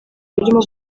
birimo